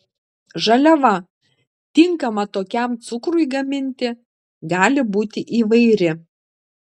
žaliava tinkama tokiam cukrui gaminti gali būti įvairi